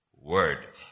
word